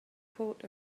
poured